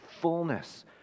fullness